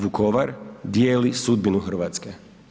Vukovar dijeli sudbinu Hrvatske.